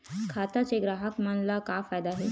खाता से ग्राहक मन ला का फ़ायदा हे?